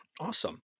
awesome